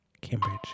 Cambridge